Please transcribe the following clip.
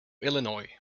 illinois